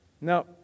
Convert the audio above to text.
Now